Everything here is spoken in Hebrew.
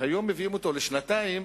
שהיום מביאים אותו לשנתיים,